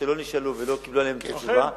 לא נשאלו ולא קיבלו את התשובה עליהן.